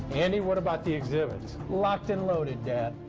andy, what about the exhibits. locked and loaded, dan.